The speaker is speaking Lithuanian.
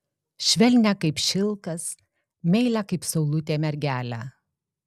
švelnią kaip šilkas meilią kaip saulutė mergelę